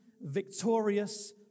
victorious